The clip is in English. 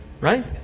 Right